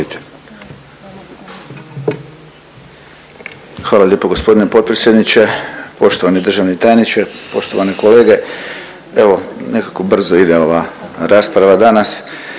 Hvala lijepo g. potpredsjedniče, poštovani državni tajniče. Poštovane kolege. Evo, nekako brzo ide ova rasprava danas.